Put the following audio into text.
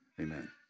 amen